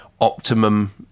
optimum